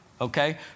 Okay